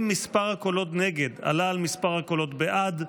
אם מספר הקולות נגד עלה על מספר הקולות בעד,